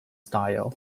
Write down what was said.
style